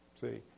See